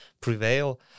prevail